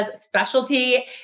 specialty